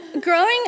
Growing